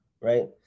right